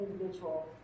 individual